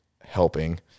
helping